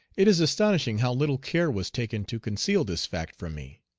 it is astonishing how little care was taken to conceal this fact from me.